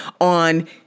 on